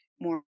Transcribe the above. more